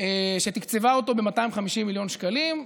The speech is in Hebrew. שתקצבה אותו ב-250 מיליון שקלים,